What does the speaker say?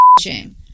shame